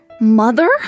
Mother